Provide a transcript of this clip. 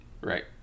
Right